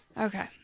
Okay